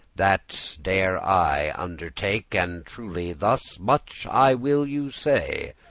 that dare i undertake and truely, thus much i will you say,